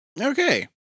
Okay